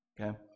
Okay